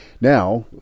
Now